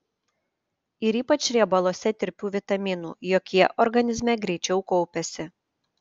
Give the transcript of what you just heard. ir ypač riebaluose tirpių vitaminų juk jie organizme greičiau kaupiasi